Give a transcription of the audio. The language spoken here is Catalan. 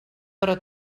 però